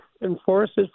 enforces